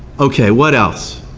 okay, what else.